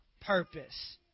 purpose